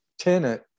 tenant